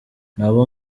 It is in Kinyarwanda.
ntabo